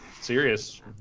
serious